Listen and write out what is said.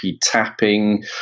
tapping